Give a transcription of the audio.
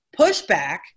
pushback